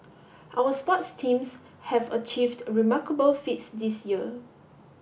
our sports teams have achieved remarkable feats this year